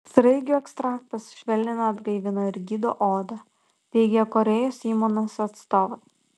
sraigių ekstraktas švelnina atgaivina ir gydo odą teigią korėjos įmonės atstovai